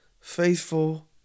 faithful